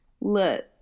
Look